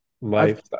life